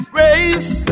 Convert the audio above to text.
race